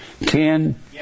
Ten